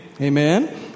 Amen